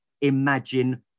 imagine